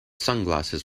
sunglasses